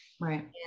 Right